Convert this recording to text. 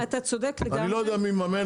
אני לא יודע מי מממן,